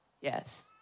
Yes